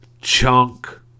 chunk